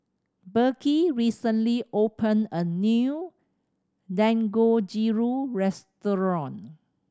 Beckie recently opened a new Dangojiru restaurant